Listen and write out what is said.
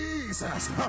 Jesus